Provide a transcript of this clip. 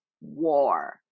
war